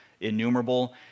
innumerable